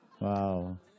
Wow